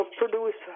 produce